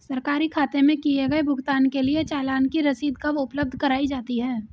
सरकारी खाते में किए गए भुगतान के लिए चालान की रसीद कब उपलब्ध कराईं जाती हैं?